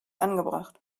angebracht